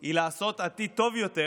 היא לעשות עתיד טוב יותר